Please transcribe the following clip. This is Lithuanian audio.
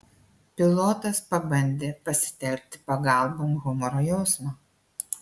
pilotas pabandė pasitelkti pagalbon humoro jausmą